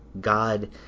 God